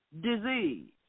disease